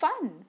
fun